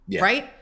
right